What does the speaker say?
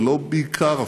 ולא בעיקר אפילו,